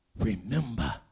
remember